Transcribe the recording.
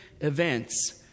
events